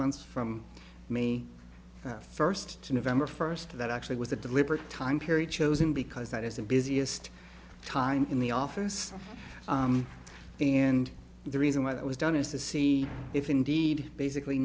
months from me first to november first that actually was a deliberate time period chosen because that is the busiest time in the office and the reason why that was done is to see if indeed basically